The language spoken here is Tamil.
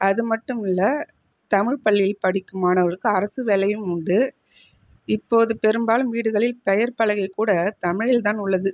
அது மட்டும் இல்லை தமிழ் பள்ளியில் படிக்கும் மாணவருக்கு அரசு வேலையும் உண்டு இப்போது பெரும்பாலும் வீடுகளில் பெயர் பலகை கூட தமிழில் தான் உள்ளது